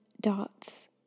dots